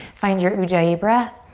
find your ujjayi breath.